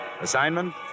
Assignment